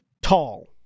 tall